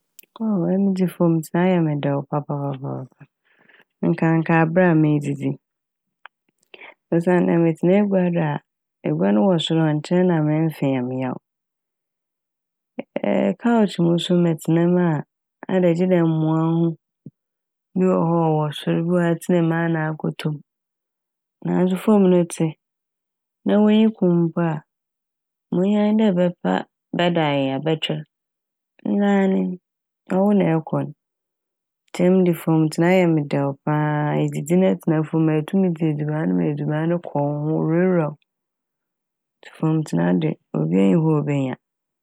Emi dze famu tsena yɛ me dɛw papapapaapa nkanka aber a medzidzi osiandɛ metsena egua do a egua no wɔ sor a ɔnnkyɛr na me mfe yɛ meyaw "couch" mu so metsena m' a adɛ gyedɛ ɛmoa wo ho bi wɔ hɔ a ɔwɔ sor, bi wɔ hɔ a ɛtsenaa mu a na akɔto m'. Naaso famu no etse na w'enyi kom mpo a ma ohia anye dɛ ɛbɛpa- bɛda ayaya bɛtwer enaa nye n' ɔwo na ɛkɔ n'. Ntsi emi de famu tsena yɛ me dɛw paaaa edzidzi na ɛtsena famu a etum dzi edziban no ma edziban no kɔ wo ho owurawura wo ntsi famu tsena de obia nnyi hɔ a obenya.